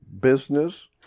business